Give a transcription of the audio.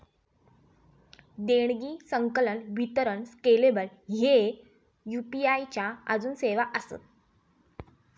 देणगी, संकलन, वितरण स्केलेबल ह्ये यू.पी.आई च्या आजून सेवा आसत